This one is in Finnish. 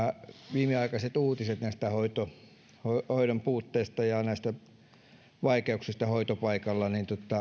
viimeaikaiset uutiset hoidon puutteista ja vaikeuksista hoitopaikoilla